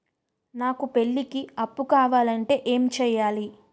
నాకు పెళ్లికి అప్పు కావాలంటే ఏం చేయాలి?